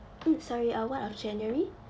sorry ah what of january